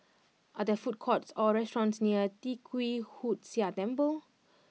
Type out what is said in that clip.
are there food courts or restaurants near Tee Kwee Hood Sia Temple